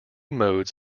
modes